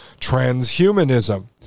transhumanism